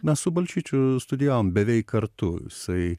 mes su balčyčiu studijavom beveik kartu jisai